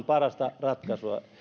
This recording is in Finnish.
parasta ratkaisua